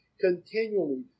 continually